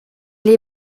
les